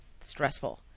stressful